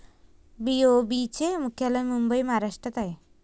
BOB चे मुख्यालय मुंबई महाराष्ट्रात आहे